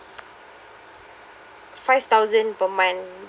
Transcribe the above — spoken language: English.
five thousand per month